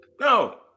No